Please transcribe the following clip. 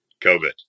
COVID